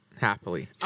happily